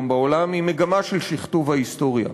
בעולם היא מגמה של שכתוב ההיסטוריה.